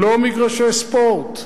לא מגרשי ספורט.